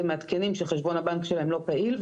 זה מעדכנים שחשבון הבנק שלהם לא פעיל,